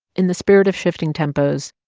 in the spirit of shifting tempos,